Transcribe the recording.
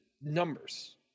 numbers